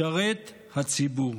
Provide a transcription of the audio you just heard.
משרת הציבור.